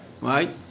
right